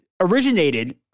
originated